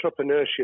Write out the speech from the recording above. entrepreneurship